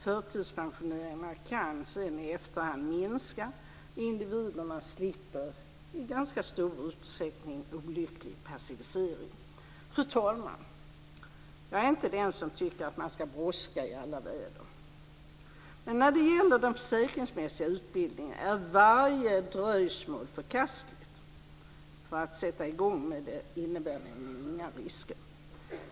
Förtidspensioneringarna kan sedan efterhand minska, och individen slipper i ganska stor utsträckning olycklig passivisering. Fru talman! Jag är inte den som tycker att brådska är bra i alla väder. Men när det gäller den försäkringsmässiga utbildningen är varje dröjsmål förkastligt. Att sätta i gång med det innebär inga risker.